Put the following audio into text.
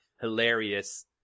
hilarious